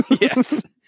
yes